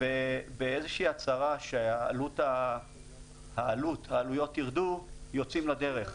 ובאיזו שהיא הצהרה שהעלויות ירדו, יוצאים לדרך.